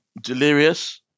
Delirious